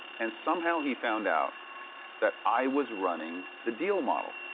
and somehow he found out that i was running the deal model.